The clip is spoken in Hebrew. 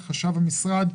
חשב המשרד,